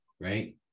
right